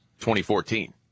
2014